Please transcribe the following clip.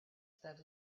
that